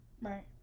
Right